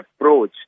approach